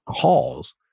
calls